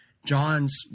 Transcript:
john's